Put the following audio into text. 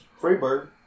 Freebird